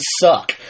suck